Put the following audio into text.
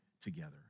together